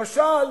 למשל,